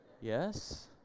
Yes